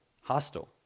hostile